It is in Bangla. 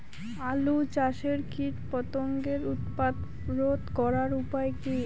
আলু চাষের কীটপতঙ্গের উৎপাত রোধ করার উপায় কী?